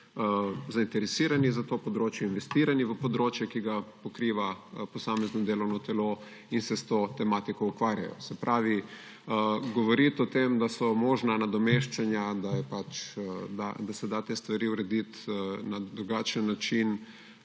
zainteresirani za to področje, investiranje v področje, ki ga pokriva posamezno delovno telo, in se s to tematiko ukvarjajo. Se pravi, govoriti o tem, da so možna nadomeščanja, da se da te stvari urediti na drugačen način,